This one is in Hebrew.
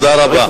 תודה רבה.